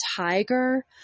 tiger